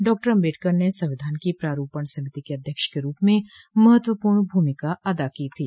doctor Ambedkar ने संविधान की प्रारूपण समिति के अध्यक्ष के रूप में महत्वपूर्ण भूमिका अदा की थी